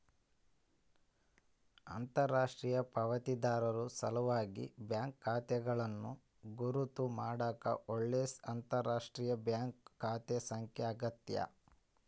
ಅಂತರರಾಷ್ಟ್ರೀಯ ಪಾವತಿದಾರರ ಸಲ್ವಾಗಿ ಬ್ಯಾಂಕ್ ಖಾತೆಗಳನ್ನು ಗುರುತ್ ಮಾಡಾಕ ಬಳ್ಸೊ ಅಂತರರಾಷ್ಟ್ರೀಯ ಬ್ಯಾಂಕ್ ಖಾತೆ ಸಂಖ್ಯೆ ಆಗ್ಯಾದ